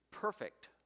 perfect